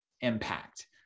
impact